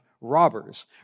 robbers